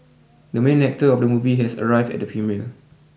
the main actor of the movie has arrived at the premiere